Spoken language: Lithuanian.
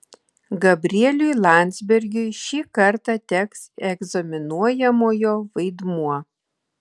gabrieliui landsbergiui šį kartą teks egzaminuojamojo vaidmuo